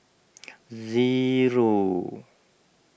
zero